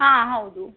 ಹಾಂ ಹೌದು